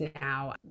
now